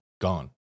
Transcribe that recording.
gone